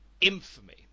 infamy